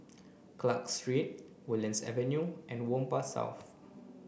Clarke Street Woodlands Avenue and Whampoa South